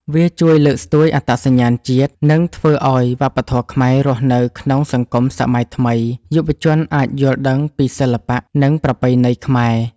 វាជួយលើកស្ទួយអត្តសញ្ញាណជាតិ និងធ្វើឲ្យវប្បធម៌ខ្មែររស់នៅក្នុងសង្គមសម័យថ្មី។ យុវជនអាចយល់ដឹងពីសិល្បៈ និងប្រពៃណីខ្មែរ